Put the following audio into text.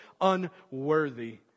unworthy